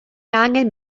angen